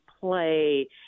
play